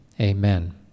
amen